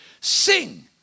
Sing